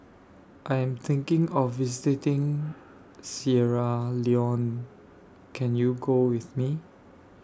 I Am thinking of visiting Sierra Leone Can YOU Go with Me